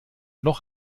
noch